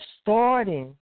starting